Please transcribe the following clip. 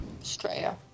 australia